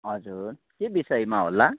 हजुर के विषयमा होला